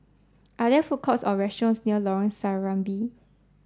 are there food courts or restaurants near Lorong Serambi